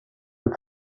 ever